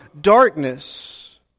darkness